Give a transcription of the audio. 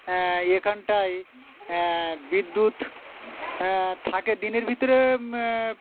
এখানটায় বিদ্যুৎ থাকে দিনের ভিতরে